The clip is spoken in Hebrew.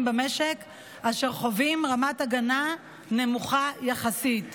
במשק אשר חווים רמת הגנה נמוכה יחסית.